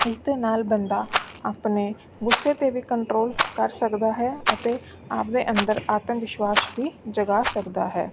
ਇਸ ਦੇ ਨਾਲ ਬੰਦਾ ਆਪਣੇ ਗੁੱਸੇ 'ਤੇ ਵੀ ਕੰਟਰੋਲ ਕਰ ਸਕਦਾ ਹੈ ਅਤੇ ਆਪਦੇ ਅੰਦਰ ਆਤਮ ਵਿਸ਼ਵਾਸ ਵੀ ਜਗਾ ਸਕਦਾ ਹੈ